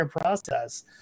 process